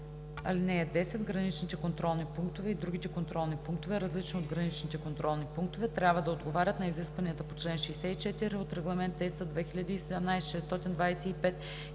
(10) Граничните контролни пунктове и другите контролни пунктове, различни от гранични контролни пунктове, трябва да отговарят на изискванията по чл. 64 от Регламент (ЕС) 2017/625